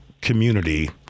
community